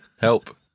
Help